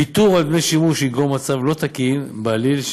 ויתור על דמי שימוש יגרום מצב לא תקין בעליל,